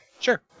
Sure